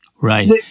Right